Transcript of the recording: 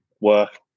work